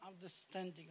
understanding